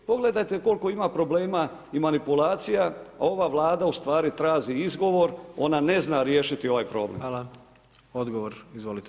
Pogledajte koliko ima problema i manipulacija, a ova Vlada ustvari traži izgovor, ona ne zna riješiti ovaj problem.